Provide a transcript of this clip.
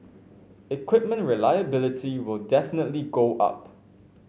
equipment reliability will definitely go up